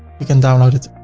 you can download it.